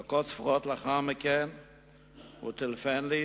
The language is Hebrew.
דקות ספורות לאחר מכן הוא טלפן אלי,